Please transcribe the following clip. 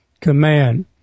command